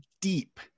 deep